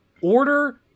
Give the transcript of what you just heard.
order